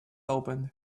opened